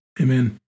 Amen